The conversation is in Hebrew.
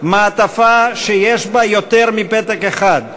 מעטפה שיש בה יותר מפתק אחד,